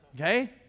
Okay